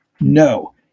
No